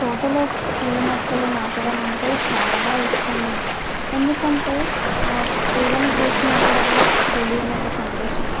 తోటలో పూలమొక్కలు నాటడం అంటే చాలా ఇష్టం ఎందుకంటే ఆ పూలను చూసినప్పుడల్లా తెలియని ఒక సంతోషం